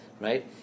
right